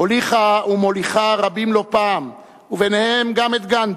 הוליכה ומוליכה רבים לא פעם, וביניהם גם את גנדי,